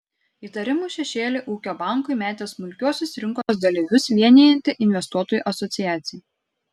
įtarimų šešėlį ūkio bankui metė smulkiuosius rinkos dalyvius vienijanti investuotojų asociacija